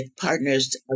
partners